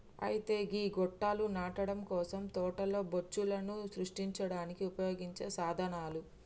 అయితే గీ గొట్టాలు నాటడం కోసం తోటలో బొచ్చులను సృష్టించడానికి ఉపయోగించే సాధనాలు